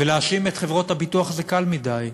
ולהאשים את חברות הביטוח זה קל מדי.